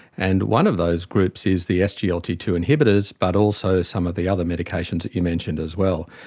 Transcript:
and one of those groups is the s g l t two inhibitors but also some of the other medications that you mentioned as well.